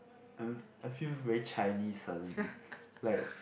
I'm I feel very Chinese suddenly like